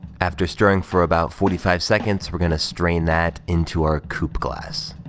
after stirring for about forty five seconds, we're gonna strain that into our coupe glass.